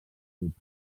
grups